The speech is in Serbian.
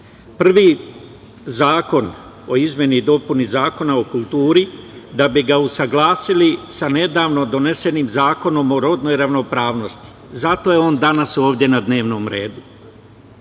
- zakon o izmeni i dopuni Zakona o kulturi, da bi ga usaglasili sa nedavno donesenim Zakonom o rodnoj ravnopravnosti. Zato je on danas ovde na dnevnom redu.